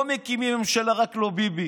לא מקימים ממשלת "רק לא ביבי".